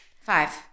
five